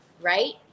right